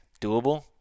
doable